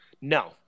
no